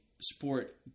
sport